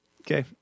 Okay